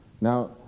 Now